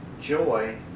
joy